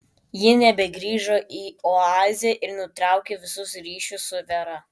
ji nebegrįžo į oazę ir nutraukė visus ryšius su vera